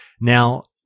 now